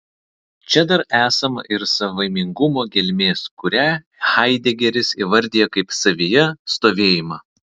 čia dar esama ir savaimingumo gelmės kurią haidegeris įvardija kaip savyje stovėjimą